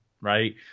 right